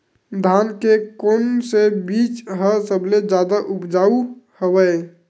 धान के कोन से बीज ह सबले जादा ऊपजाऊ हवय?